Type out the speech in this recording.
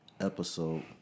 episode